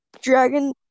Dragon